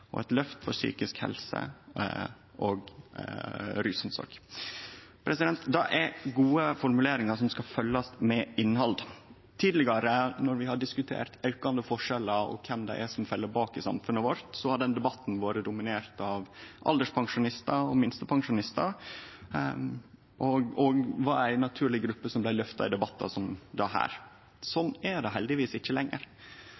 og eit løft for psykisk helse og rusomsorg. Det er gode formuleringar som skal fyllast med innhald. Tidlegare då vi diskuterte aukande forskjellar og kven som blei hengande etter i samfunnet vårt, var den debatten dominert av alderspensjonistar og minstepensjonistar, og dei var ei naturleg gruppe som blei løfta i debattar som dette. Slik er det